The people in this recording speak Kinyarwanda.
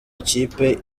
kipe